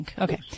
Okay